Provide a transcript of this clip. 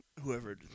Whoever